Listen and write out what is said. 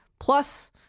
Plus